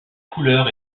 couleur